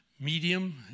medium